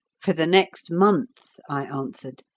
for the next mouth, i answered,